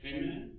Amen